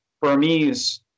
Burmese